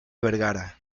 vergara